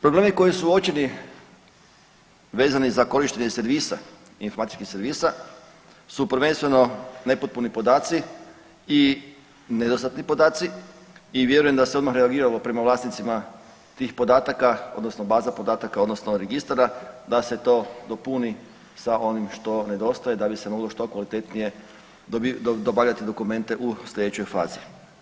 Problemi koji su uočeni vezani za korištenje servisa, informatičkih servisa su prvenstveno nepotpuni podaci i nedostatni podaci i vjerujem da se odmah reagiralo prema vlasnicima tih podataka, odnosno baza podataka, odnosno registara da se to dopuni sa onim što nedostaje da bi se moglo što kvalitetnije dobavljati dokumente u sljedećoj fazi.